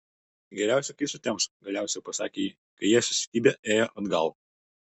geriausia kai sutems galiausiai pasakė ji kai jie susikibę ėjo atgal